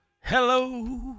hello